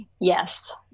yes